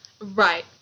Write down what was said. Right